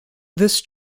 this